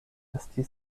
esti